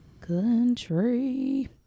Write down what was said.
Country